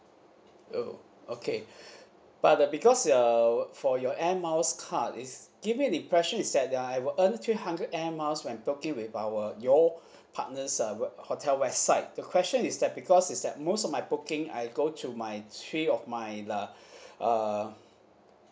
oh okay but uh because uh for your air miles card is give me impression is that uh I will earn three hundred air miles when booking with our your partners uh hotel website the question is that because is that most of my booking I go to my three of my the err